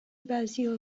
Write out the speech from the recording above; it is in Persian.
بعضیا